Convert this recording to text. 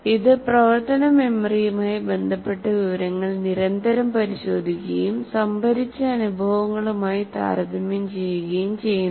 ഇത് പ്രവർത്തന മെമ്മറിയുമായി ബന്ധപ്പെട്ട വിവരങ്ങൾ നിരന്തരം പരിശോധിക്കുകയും സംഭരിച്ച അനുഭവങ്ങളുമായി താരതമ്യം ചെയ്യുകയും ചെയ്യുന്നു